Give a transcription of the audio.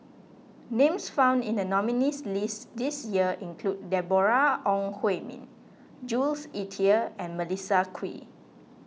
names found in the nominees' list this year include Deborah Ong Hui Min Jules Itier and Melissa Kwee